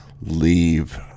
leave